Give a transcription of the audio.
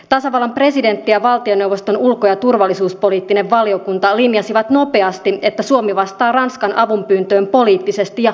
tasavallan presidentti ja valtioneuvoston ulko ja turvallisuuspoliittinen valiokunta linjasivat nopeasti että suomi vastaa ranskan avunpyyntöön poliittisesti ja konkreettisin toimin